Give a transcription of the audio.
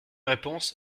réponse